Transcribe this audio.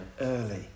early